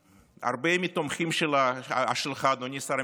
הרבה מהתומכים שלך, אדוני שר המשפטים,